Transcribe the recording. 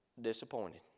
disappointed